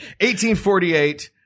1848